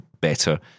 better